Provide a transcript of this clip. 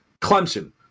Clemson